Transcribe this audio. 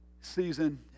season